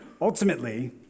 Ultimately